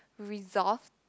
resolved